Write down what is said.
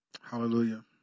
Hallelujah